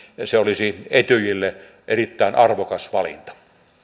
se olisi etyjille erittäin arvokas valinta